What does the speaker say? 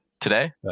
today